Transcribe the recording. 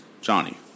Johnny